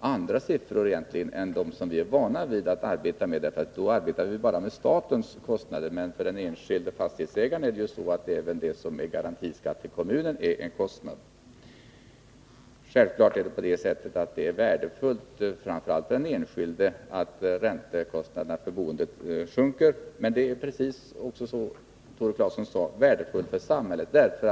andra siffror än dem som vi är vana vid, därför att annars arbetar vi bara med statens kostnader. Men för den enskilde fastighetsägaren är ju även garantiskatten till kommunen en kostnad. Självfallet är det värdefullt, framför allt för den enskilde, att räntekostnaderna för boendet sjunker, men det är, precis som Tore Claeson sade, också värdefullt för samhället.